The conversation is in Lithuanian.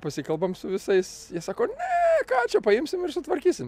pasikalbam su visais jie sako ne ką čia paimsim ir sutvarkysim